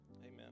amen